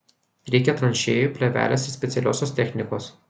reikia tranšėjų plėvelės ir specialiosios technikos